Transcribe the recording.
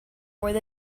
where